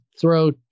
throw